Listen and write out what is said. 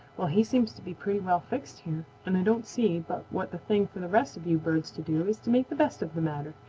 well, he seems to be pretty well fixed here, and i don't see but what the thing for the rest of you birds to do is to make the best of the matter,